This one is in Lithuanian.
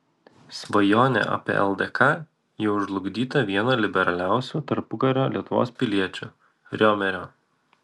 svajonė apie ldk jau žlugdyta vieno liberaliausių tarpukario lietuvos piliečių riomerio